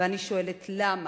ואני שואלת: למה?